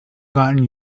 gotten